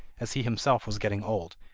as he himself was getting old,